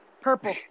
purple